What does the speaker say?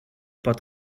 pot